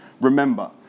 remember